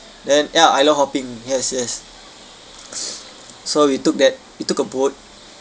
then ya island hopping yes yes so we took that we took a boat to